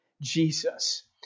Jesus